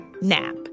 NAP